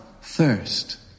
thirst